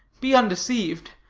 be undeceived.